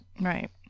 Right